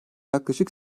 yaklaşık